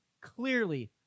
clearly